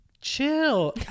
chill